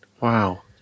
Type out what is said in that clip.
Wow